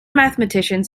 mathematicians